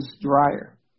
dryer